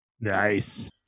Nice